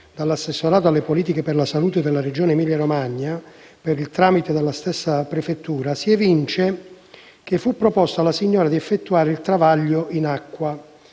dall'assessorato alle politiche per la salute della Regione Emilia-Romagna per il tramite della suddetta prefettura, si evince che fu proposto alla signora di effettuare il travaglio in acqua: